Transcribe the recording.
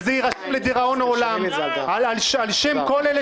וזה יירשם לדיראון עולם על שם כל אלה